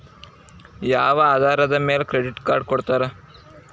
ಯಾವ ಆಧಾರದ ಮ್ಯಾಲೆ ಕ್ರೆಡಿಟ್ ಕಾರ್ಡ್ ಕೊಡ್ತಾರ?